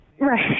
Right